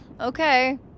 Okay